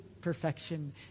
perfection